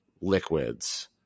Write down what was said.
liquids